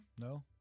No